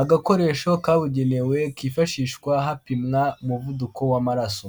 agakoresho kabugenewe kifashishwa hapimwa umuvuduko w'amaraso.